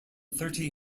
thirty